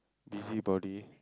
busybody